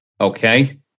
Okay